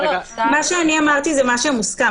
מה שאני אמרתי זה מה שמוסכם.